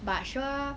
but sure